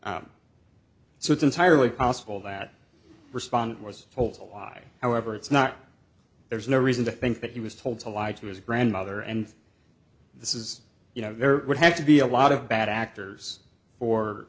so it's entirely possible that respondent was told a lie however it's not there's no reason to think that he was told to lie to his grandmother and this is you know there would have to be a lot of bad actors for